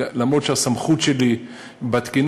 אף שהסמכות שלי היא בתקינה,